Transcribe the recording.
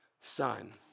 son